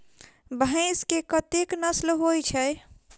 भैंस केँ कतेक नस्ल होइ छै?